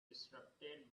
disrupted